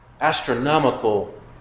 astronomical